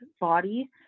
body